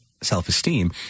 self-esteem